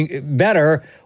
better